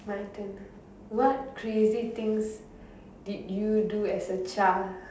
my turn ah what crazy things did you do as a child